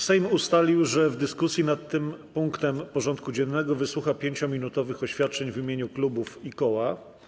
Sejm ustalił, że w dyskusji nad tym punktem porządku dziennego wysłucha 5-minutowych oświadczeń w imieniu klubów i koła.